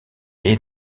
est